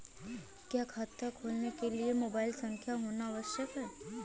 क्या खाता खोलने के लिए मोबाइल संख्या होना आवश्यक है?